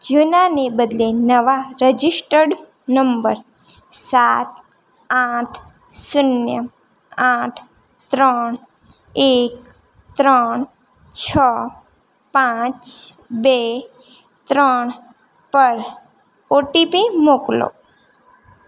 જૂનાને બદલે નવા registered number સાત આઠ શૂન્ય આઠ ત્રણ એક ત્રણ છ પાંચ બે ત્રણ પર ઓટીપી મોકલો